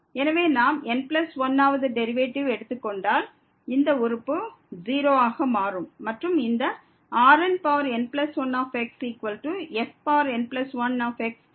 எனவே நாம் n1 வது டெரிவேட்டிவை எடுத்துக் கொண்டால் இந்த உறுப்பு 0 ஆக மாறும் மற்றும் இந்த Rnn1xfn1x கிடைக்கும்